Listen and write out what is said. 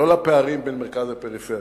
לא לפערים בין המרכז לפריפריה,